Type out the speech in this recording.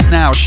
now